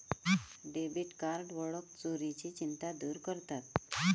debit card ओळख चोरीची चिंता दूर करतात